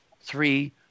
three